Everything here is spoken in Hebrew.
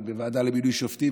בוועדה למינוי שופטים,